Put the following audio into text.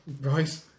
Right